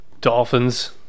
Dolphins